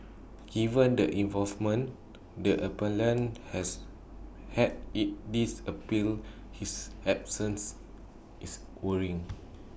given the involvement the appellant has had IT this appeal his absence is worrying